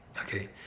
okay